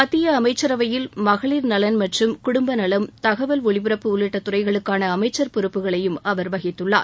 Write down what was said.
மத்திய அமைச்சரவையில் மகளிர் நலன் மற்றும் குடும்பநலம் தகவல் ஒலிபரப்பு உள்ளிட்ட துறைகளுக்கான அமைச்சர் பொறுப்புகளையும் அவர் வகித்துள்ளார்